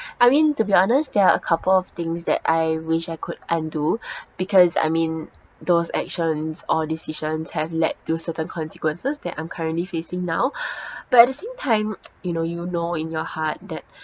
I mean to be honest there are a couple of things that I wish I could undo because I mean those actions or decisions have led to certain consequences that I'm currently facing now but at the same time you know you know in your heart that